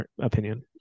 opinion